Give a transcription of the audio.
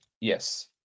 yes